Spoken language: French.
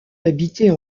habiter